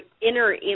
inner